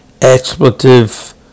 expletive